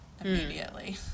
immediately